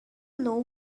know